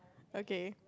okay